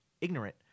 ignorant